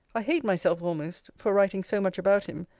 i hate myself almost for writing so much about him,